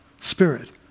spirit